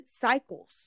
cycles